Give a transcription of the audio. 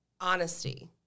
honesty